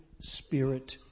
spirit